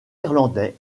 irlandais